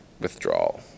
withdrawal